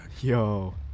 Yo